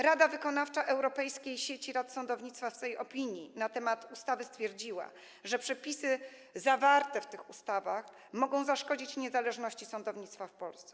Rada Wykonawcza Europejskiej Sieci Rad Sądownictwa w swej opinii na temat ustawy stwierdziła, że przepisy zawarte w tych ustawach mogą zaszkodzić niezależności sądownictwa w Polsce.